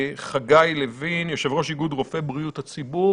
חגי לוין, יושב-ראש איגוד רופאי בריאות הציבור